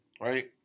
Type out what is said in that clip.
right